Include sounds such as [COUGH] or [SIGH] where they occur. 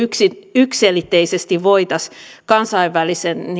yksiselitteisesti voitaisiin kansainvälisten [UNINTELLIGIBLE]